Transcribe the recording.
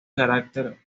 carácter